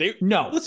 No